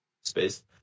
space